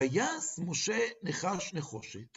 ויעש משה נחש נחושת.